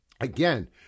again